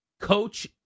coach